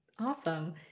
Awesome